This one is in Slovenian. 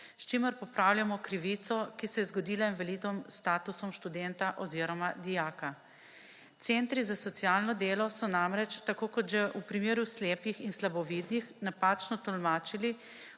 s čimer popravljamo krivico, ki se je zgodila invalidom s statusom študenta oziroma dijaka. Centri za socialno delo so namreč, tako kot že v primeru slepih in slabovidnih, napačno tolmačili